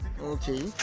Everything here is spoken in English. okay